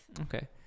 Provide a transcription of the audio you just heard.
okay